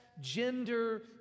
gender